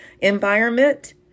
environment